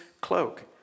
cloak